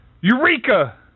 Eureka